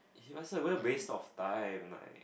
faster what a waste of time right